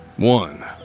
One